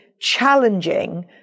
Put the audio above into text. challenging